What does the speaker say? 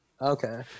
okay